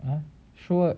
!huh! sure